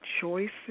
choices